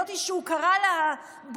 זאת שהוא קרא לה "בוגדנית",